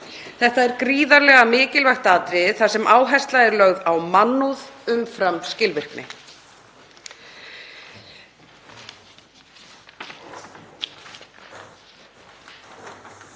Þetta er gríðarlega mikilvægt atriði þar sem áhersla er lögð á mannúð umfram skilvirkni.